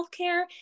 healthcare